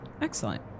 Excellent